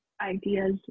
ideas